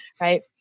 Right